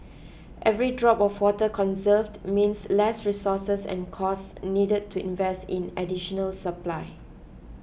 every drop of water conserved means less resources and costs needed to invest in additional supply